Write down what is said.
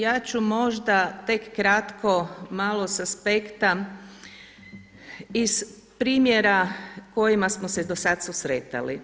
Ja ću možda tek kratko malo sa aspekta iz primjera kojima smo se do sad susretali.